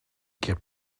keer